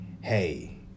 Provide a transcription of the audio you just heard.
hey